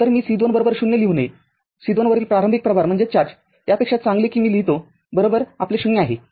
तरमी C२ ० लिहू नये C२ वरील प्रारंभिक प्रभार यापेक्षा चांगले कि मी लिहितो आपले ० आहे